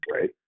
right